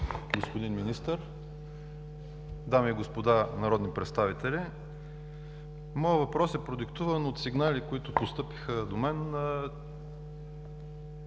Господин Министър, дами и господа народни представители! Моят въпрос е продиктуван от сигнали, които постъпиха до мен. На